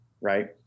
right